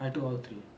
I took all three